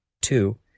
Two